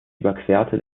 überquerte